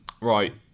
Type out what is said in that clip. Right